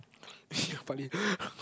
you're funny